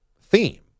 theme